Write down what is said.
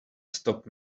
stop